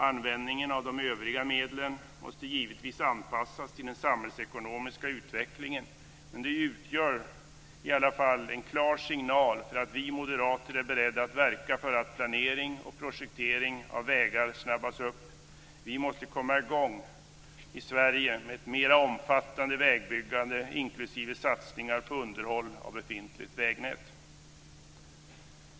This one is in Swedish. Användningen av övriga medel måste givetvis anpassas till den samhällsekonomiska utvecklingen. Men de utgör i alla fall en klar signal om att vi moderater är beredda att verka för att planering och projektering av vägar snabbas upp.